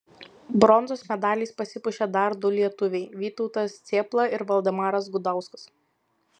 bronzos medaliais pasipuošė dar du lietuviai vytautas cėpla ir valdemaras gudauskas